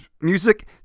music